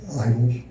idols